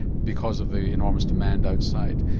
because of the enormous demand outside.